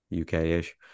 UK-ish